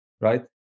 right